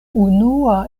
unua